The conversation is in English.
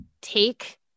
take